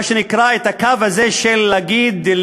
מה שנקרא, את הקו הזה, של להתייעץ,